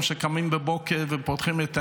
שהם קמים בבוקר ופותחים את העיניים,